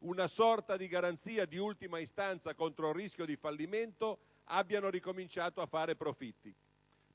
una sorta di garanzia di ultima istanza contro il rischio di fallimento, abbiano ricominciato a fare profitti,